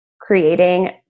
creating